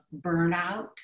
burnout